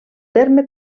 terme